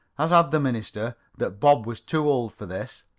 as had the minister, that bob was too old for this.